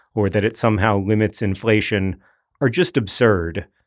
or that it somehow limits inflation are just absurd.